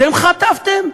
אתם חטפתם?